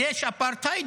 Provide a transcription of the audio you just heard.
יש אפרטהייד,